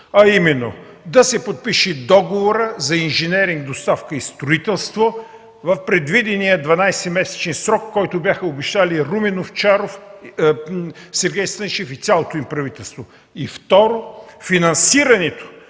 а именно да се подпише договор за инженеринг, доставка и строителство в предвидения 12 месечен срок, който бяха обещали Румен Овчаров, Сергей Станишев и цялото им правителство. Второ, финансирането